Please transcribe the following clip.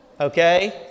Okay